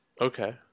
Okay